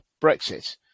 Brexit